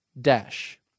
dash